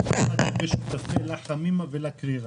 כשיש שותפים גם לחמימה וגם לקרירה,